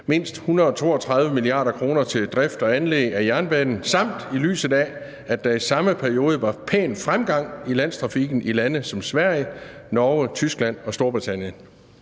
bevilget 132 mia. kr. til drift og anlæg af jernbanen, samt i lyset af at der i samme periode var pæn fremgang i landstrafikken i lande som Sverige, Norge, Tyskland og Storbritannien?